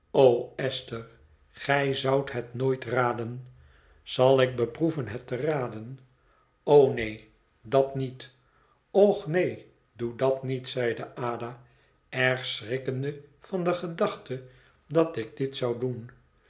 esther gij zoudt het nooit raden zal ik beproeven het te raden o neen dat niet och neen doe dat niet zeide ada erg schrikkende van de gedachte dat ik dit zou doen